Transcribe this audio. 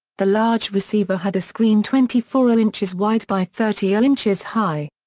the large receiver had a screen twenty four ah inches wide by thirty ah inches high.